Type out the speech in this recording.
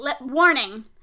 warning